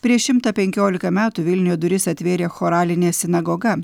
prieš šimtą penkiolika metų vilniuje duris atvėrė choralinė sinagoga